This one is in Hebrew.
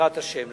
בעזרת השם.